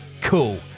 Cool